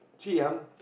see ah